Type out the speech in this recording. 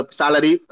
salary